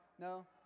No